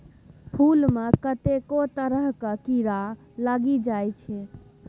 फुल मे कतेको तरहक कीरा लागि जाइ छै